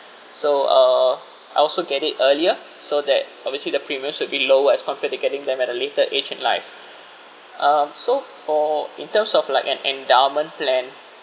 so uh I also get it earlier so that obviously the premiums will be lower as compared to getting them at a later age in life um so for in terms of like an endowment plan